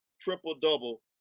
triple-double